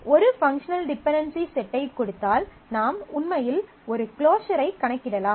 ஒரு functional dependency செட்டைக் கொடுத்தால் நாம் உண்மையில் ஒரு க்ளோஸர் ஐ கணக்கிடலாம்